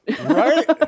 Right